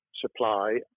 supply